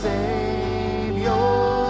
Savior